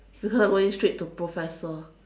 because I'm going straight to professor